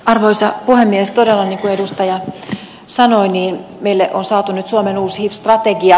todella niin kuin edustaja sanoi meille on saatu nyt suomeen uusi hiv strategia